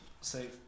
Say